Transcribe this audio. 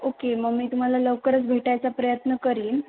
okay मग मी तुम्हाला लवकरच भेटायचा प्रयत्न करेन